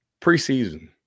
preseason